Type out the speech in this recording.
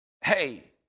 hey